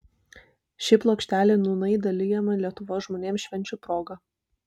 ši plokštelė nūnai dalijama lietuvos žmonėms švenčių proga